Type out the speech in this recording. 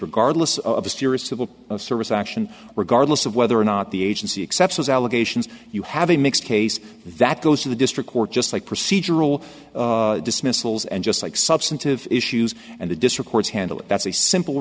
regardless of a serious civil service action regardless of whether or not the agency accept those allegations you have a mixed case that goes to the district court just like procedural dismissals and just like substantive issues and the district courts handle that's a simple